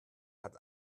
hat